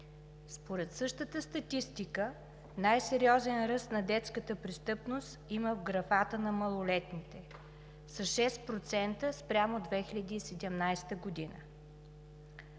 Според същата статистика най-сериозен ръст на детската престъпност има в графата на малолетните – с 6% спрямо 2017 г.